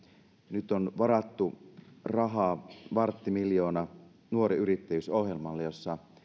nyt on varattu rahaa varttimiljoona nuori yrittäjyys ohjelmalle jossa